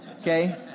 Okay